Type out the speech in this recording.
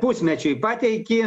pusmečiui pateiki